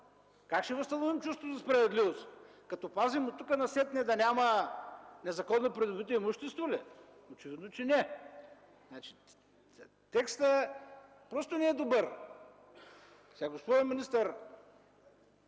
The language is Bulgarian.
Как ще възстановим чувството за справедливост – като пазим оттук насетне да няма незаконно придобито имущество ли? Очевидно, че не. Текстът просто не е добър. Госпожо министър,